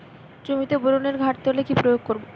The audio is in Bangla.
জমিতে বোরনের ঘাটতি হলে কি প্রয়োগ করব?